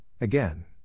again